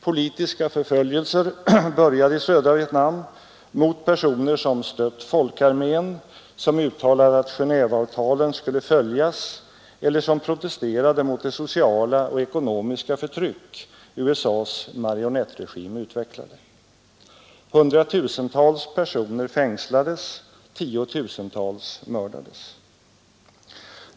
Politiska förföljelser började i södra Vietnam mot personer som stött folkarmén, som uttalade att Genéveavtalen skulle följas eller som protesterade mot det sociala och ekonomiska förtryck USA :s marionettregim utvecklade. Hundratusentals personer fängslades, tiotusentals mördades.